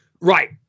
Right